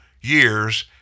years